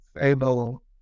able